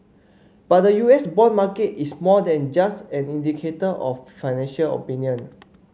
but the U S bond market is more than just an indicator of financial opinion